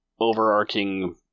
overarching